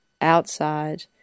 outside